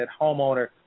homeowner